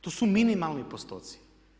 To su minimalni postoci.